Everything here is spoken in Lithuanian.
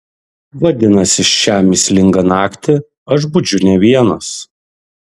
vadinasi šią mįslingą naktį aš budžiu ne vienas